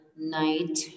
Night